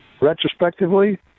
retrospectively